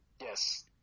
Yes